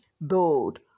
bold